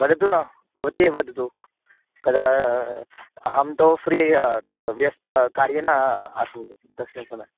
वदतु ना भवती एव् वदतु कदा अहं तो फ़्री तद् व्यस्तः कार्ये न अस्मि तस्मिन् समये